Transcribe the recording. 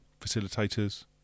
facilitators